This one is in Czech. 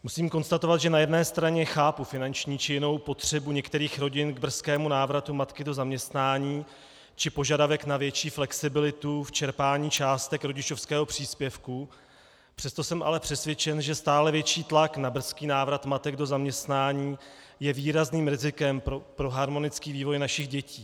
Musím konstatovat, že na jedné straně chápu finanční či jinou potřebu některých rodin k brzkému návratu matky do zaměstnání či požadavek na větší flexibilitu v čerpání částek rodičovského příspěvku, přesto jsem ale přesvědčen, že stále větší tlak na brzký návrat matek do zaměstnání je výrazným rizikem pro harmonický vývoj našich dětí.